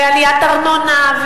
ועליית ארנונה,